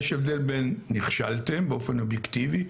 יש הבדל בין נכשלתם באופן אובייקטיבי,